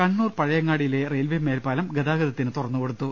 കണ്ണൂർ പഴയങ്ങാടിയിലെ റെയിൽവെ മേൽപ്പാലം ഗതാഗത ത്തിന് തുറന്ന് കൊടുത്തു